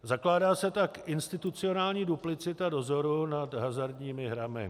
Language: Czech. Zakládá se tak institucionální duplicita dozoru nad hazardními hrami.